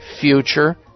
future